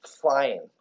flying